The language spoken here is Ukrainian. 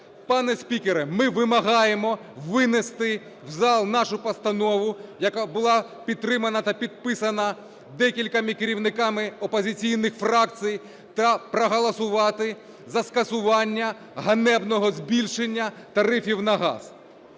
Пане спікере, ми вимагаємо винести в зал нашу постанову, яка була підтримана та підписана декількома керівниками опозиційних фракцій та проголосувати за скасування ганебного збільшення тарифів на газ.